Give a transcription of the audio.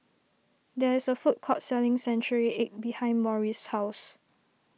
there is a food court selling Century Egg behind Maurice's house